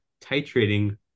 titrating